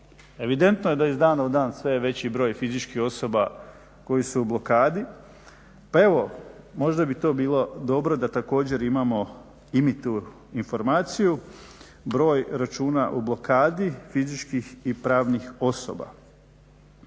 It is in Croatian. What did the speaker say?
Evidentno je da iz dana u dan sve je veći broj fizičkih osoba koji su u blokadi. Pa evo možda bi to bilo dobro da također imamo i mi tu informaciju, broj računa u blokadi, fizičkih i pravnih osoba.